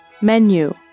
Menu